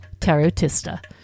tarotista